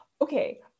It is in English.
Okay